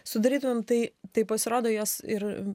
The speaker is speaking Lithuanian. sudarytumėm tai tai pasirodo jos ir